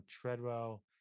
Treadwell